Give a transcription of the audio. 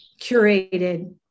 curated